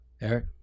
Eric